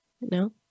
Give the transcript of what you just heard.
No